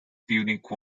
punic